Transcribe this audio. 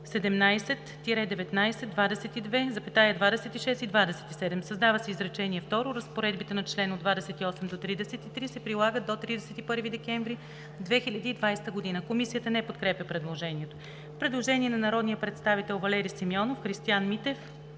– 19, 22, 26 и 27“. - създава се изречение второ: „Разпоредбите на чл. 28 – 33 се прилагат до 31 декември 2020 г.“ Комисията не подкрепя предложението. Предложение на народния представител Валери Симеонов, Христиан Митев